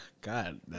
God